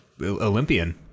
Olympian